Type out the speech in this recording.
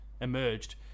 emerged